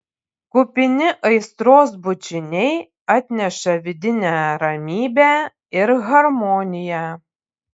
kupini aistros bučiniai atneša vidinę ramybę ir harmoniją